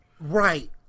Right